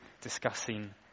discussing